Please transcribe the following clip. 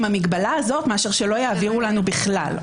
המגבלה הזו מאשר שלא יעבירו לנו בכלל.